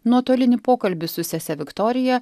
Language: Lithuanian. nuotolinį pokalbį su sese viktorija